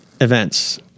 events